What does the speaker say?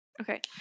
Okay